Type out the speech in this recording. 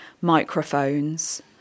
microphones